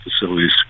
facilities